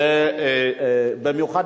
ובמיוחד,